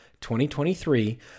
2023